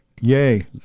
Yay